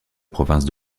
province